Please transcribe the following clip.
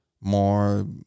more